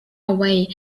away